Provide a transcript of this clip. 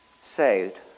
Saved